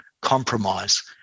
compromise